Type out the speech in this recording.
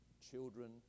children